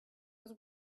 was